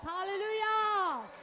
Hallelujah